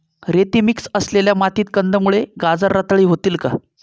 रेती मिक्स असलेल्या मातीत कंदमुळे, गाजर रताळी होतील का?